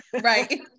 right